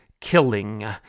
killing